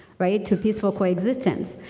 right? to peaceful co-existence.